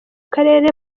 karere